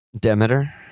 Demeter